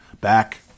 back